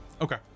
Okay